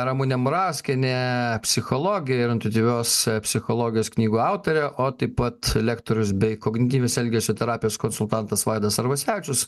ramunė murauskienė psichologė ir intuityvios psichologijos knygų autorė o taip pat lektorius bei kognityvinės elgesio terapijos konsultantas vaidas arvasevičius